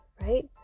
right